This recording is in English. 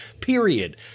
period